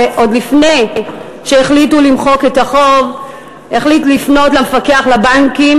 שעוד לפני שהחליטו למחוק את החוב החליט לפנות למפקח על הבנקים